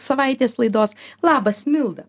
savaitės laidos labas milda